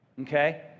okay